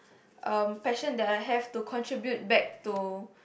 um passion that I have to contribute back to